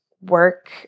work